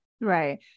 Right